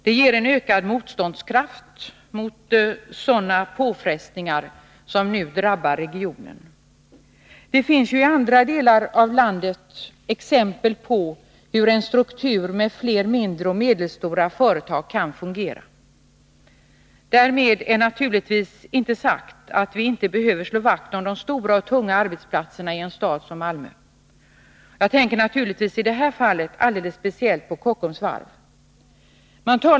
Det ger en ökad motståndskraft mot sådana påfrestningar som nu drabbar regionen. Det finns i andra delar av landet exempel på hur en struktur med flera mindre och medelstora företag kan fungera. Därmed är naturligtvis inte sagt att vi inte behöver slå vakt om de stora och tunga arbetsplatserna i en stad som Malmö. Jag tänker naturligtvis i detta fall alldeles speciellt på Kockums Varv.